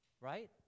right